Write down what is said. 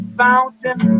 fountain